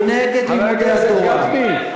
כמי שהוא נגד לימודי התורה,